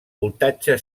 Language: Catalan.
voltatge